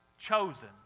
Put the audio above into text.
chosen